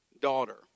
daughter